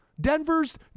Denver's